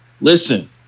listen